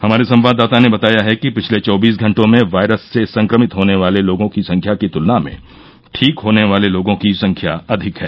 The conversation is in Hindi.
हमारे संवाददाता ने बताया है कि पिछले चउबिस घंटों में वायरस से संक्रमित होने वाले लोगों की संख्या की तुलना में ठीक होने वाले लोगों की संख्या अधिक है